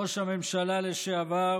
ראש הממשלה לשעבר,